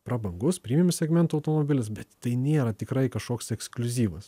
prabangus primium segmento automobilis bet tai nėra tikrai kažkoks ekskliuzyvas